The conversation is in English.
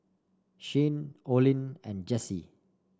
Shayne Olin and Jessi